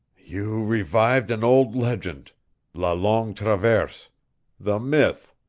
you revived an old legend la longue traverse the myth.